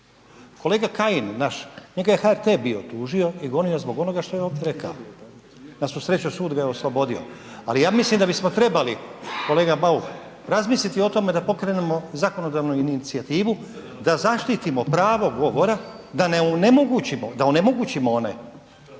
Kolega Kajin naš, njega je HRT bio tužio i gonio zbog onoga što je ovdje rekao. Na svu sreću sud ga je oslobodio. Ali ja mislim da bismo trebali kolega Bauk razmisliti o tome da pokrenemo zakonodavnu inicijativu da zaštitimo pravo govora da onemogućimo one